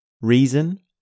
Reason